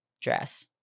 dress